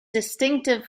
distinctive